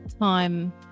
time